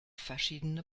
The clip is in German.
verschiedene